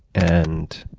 and